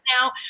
now